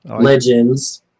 legends